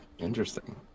interesting